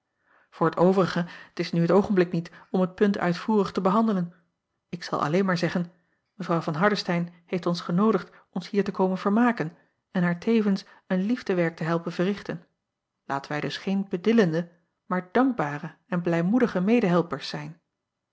oor t overige t is nu het oogenblik niet om het punt uitvoerig te behandelen k zal alleen maar zeggen evrouw van ardestein heeft ons genoodigd ons hier te komen vermaken en haar tevens een liefdewerk te helpen verrichten aten wij dus geen bedillende maar dankbare en blijmoedige medehelpers zijn